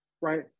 right